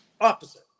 opposite